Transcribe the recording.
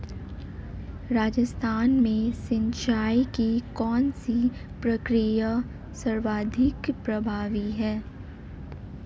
राजस्थान में सिंचाई की कौनसी प्रक्रिया सर्वाधिक प्रभावी है?